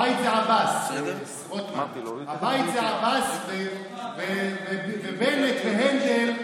הבית זה עבאס, רוטמן, הבית זה עבאס ובנט והנדל.